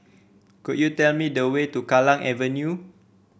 could you tell me the way to Kallang Avenue